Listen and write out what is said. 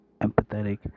empathetic